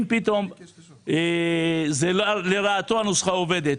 אם פתאום זה לרעתו, הנוסחה עובדת.